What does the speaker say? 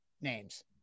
names